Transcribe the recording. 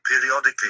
periodically